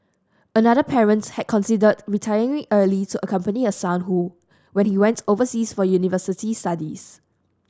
another parents had considered retiring early to accompany her son who when he went overseas for university studies